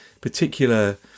particular